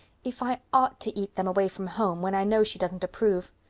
if i ought to eat them away from home when i know she doesn't approve.